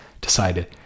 decided